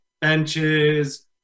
benches